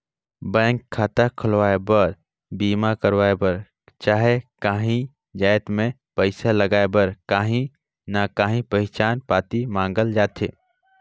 bank खाता खोलवाए बर, बीमा करवाए बर चहे काहींच जाएत में पइसा लगाए बर काहीं ना काहीं पहिचान पाती मांगल जाथे